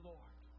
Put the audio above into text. Lord